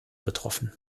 betroffen